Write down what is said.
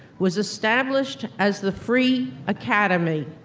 was established as the free academy,